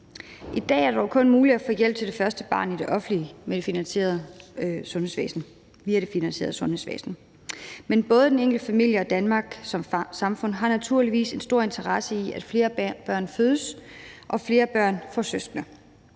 I dag er det dog kun muligt at få hjælp til det første barn via det offentligt finansierede sundhedsvæsen, men både den enkelte familie og Danmark som samfund har naturligvis en stor interesse i, at flere børn fødes og flere børn får søskende.